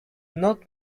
not